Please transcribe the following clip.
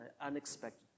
unexpected